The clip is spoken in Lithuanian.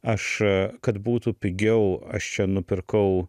aš kad būtų pigiau aš čia nupirkau